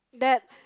that